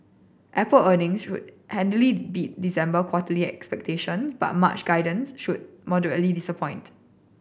Apple earnings should handily beat December quarter expectation but March guidance should moderately disappoint